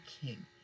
King